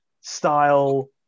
style